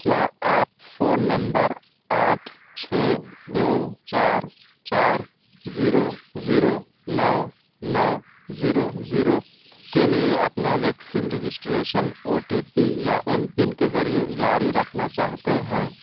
کیا آپ phone number آٹھ چھ دو چار چار زیرو زیرو نو نو زیرو زیرو کے لیے اپنا vaccine registration O T P یا ایم پن کے ذریعے جاری رکھنا چاہتے ہیں